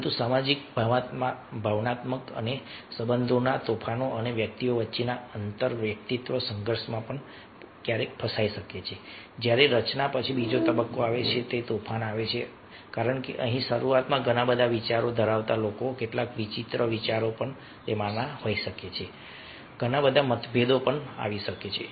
પરંતુ સામાજિક ભાવનાત્મક અને સંબંધોના તોફાનો અને વ્યક્તિઓ વચ્ચેના આંતરવ્યક્તિત્વ સંઘર્ષમાં ફસાઈ શકે છે જ્યારે રચના પછી બીજો તબક્કો આવે છે તોફાન આવે છે કારણ કે અહીં શરૂઆતમાં ઘણા બધા વિચારો ધરાવતા લોકો કેટલાક વિચિત્ર વિચારો હોઈ શકે છે કે ઘણા બધા મતભેદો આવી શકે છે